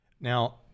Now